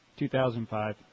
2005